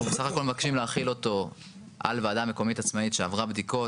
אנחנו בסף הכל מבקשים להחיל אותו על וועדה מקומית עצמאית שעברה בדיקות.